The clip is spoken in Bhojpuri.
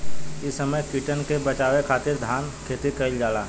इ समय कीटन के बाचावे खातिर धान खेती कईल जाता